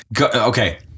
okay